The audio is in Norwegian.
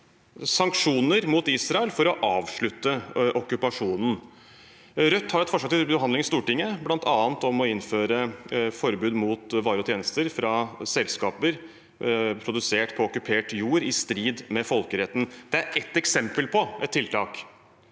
sanksjoner mot Israel for å avslutte okkupasjonen. Rødt har et forslag til behandling i Stortinget bl.a. om å innføre forbud mot varer og tjenester fra selskaper produsert på okkupert jord i strid med folkeretten. Det er et eksempel på et tiltak